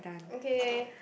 okay